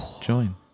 join